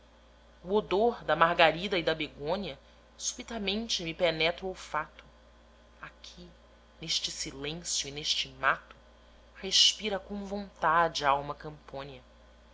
odor da margarida e da begônia subitamente me penetra o olfato aqui neste silêncio e neste mato respira com vontade a alma campônia